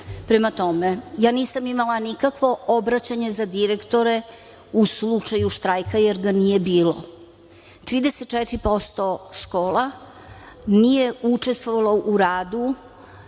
rada. Prema tome, ja nisam imala nikakvo obraćanje za direktore u slučaju štrajka, jer ga nije bilo, dakle 34 posto škola nije učestvovalo u radu,